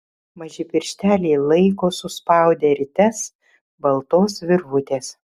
maži piršteliai laiko suspaudę rites baltos virvutės